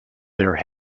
their